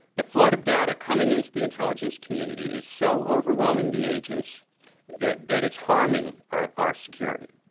the flood of data coming into the intelligence community is so overwhelming the agents that that it's harming our our security.